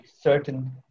certain